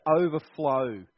overflow